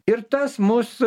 ir tas mus